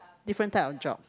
different type of job